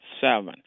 seven